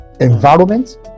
environment